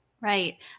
Right